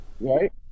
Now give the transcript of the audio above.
right